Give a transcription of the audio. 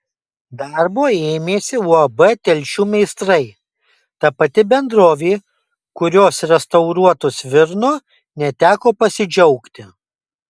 darbo ėmėsi uab telšių meistrai ta pati bendrovė kurios restauruotu svirnu neteko pasidžiaugti